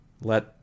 Let